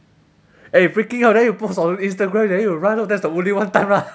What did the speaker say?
eh freaking out then you post on instagram then you run that's the only one time lah